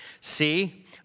See